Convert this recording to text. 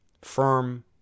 firm